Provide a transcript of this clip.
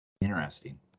Interesting